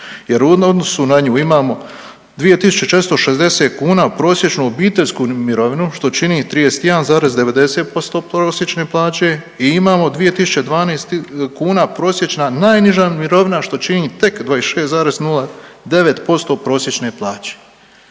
jer u odnosu na nju imamo 2460 kuna prosječnu obiteljsku mirovinu, što čini 31,90% prosječne plaće i imamo 2012 kuna prosječna najniža mirovina, što čini 26,09% prosječne plaće,